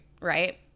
right